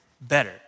better